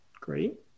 Great